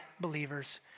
believers